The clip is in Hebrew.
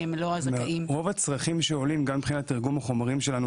רוב הצרכים שעולים גם מבחינת תרגום החומרים שלנו